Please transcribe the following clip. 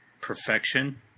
perfection